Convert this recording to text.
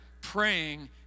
praying